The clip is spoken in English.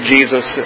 Jesus